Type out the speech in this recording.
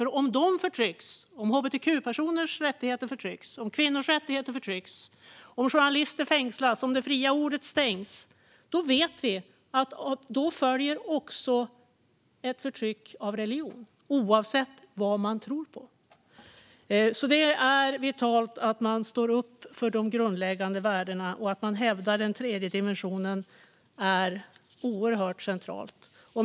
Om människor förtrycks, om hbtq-personer förtrycks, om kvinnor förtrycks, om journalister fängslas och om det fria ordet tystas vet vi att då följer också ett förtryck av religionen, oavsett vad man tror på. Det är avgörande att man står upp för de grundläggande värdena, och att man hävdar den tredje dimensionen är centralt. Fru talman!